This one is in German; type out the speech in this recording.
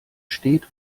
steht